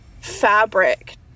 fabric